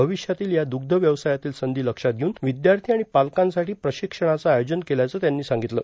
भविष्यातील या दुग्ध व्यवसायातील संधी लक्षात घेऊन विद्यार्थी आणि पालकांसाठी प्रशिक्षणाचं आयोजन केल्याचं त्यांनी सांगितलं